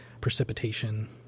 precipitation